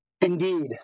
Indeed